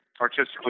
artistically